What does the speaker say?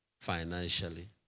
financially